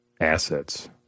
assets